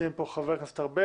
שציין פה חבר הכנסת ארבל,